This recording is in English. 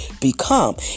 become